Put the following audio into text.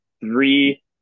three –